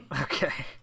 Okay